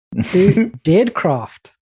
Deadcraft